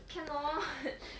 cannot